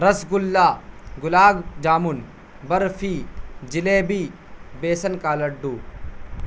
رس گلا گلاب جامن برفی جلیبی بیسن کا لڈو